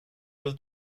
able